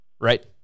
right